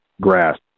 grass